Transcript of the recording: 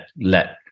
let